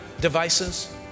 devices